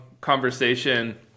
conversation